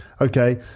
Okay